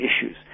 issues